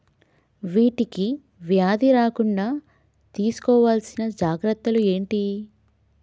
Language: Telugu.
వీటికి వ్యాధి రాకుండా తీసుకోవాల్సిన జాగ్రత్తలు ఏంటియి?